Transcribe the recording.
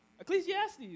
Ecclesiastes